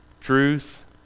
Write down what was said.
truth